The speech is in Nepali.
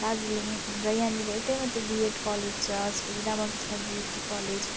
दार्जिलिङ र यहाँनेर एउटा मात्र बिएड कलेज छ श्री रामकृष्ण बिटी कलेज